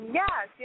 yes